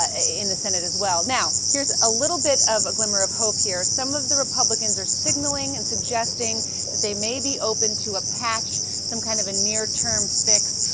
in the senate as well. now here's a little bit of glimmer of hope here. some of the republicans are signaling and suggesting that they may be open to a patch, some kind of a near-term fix,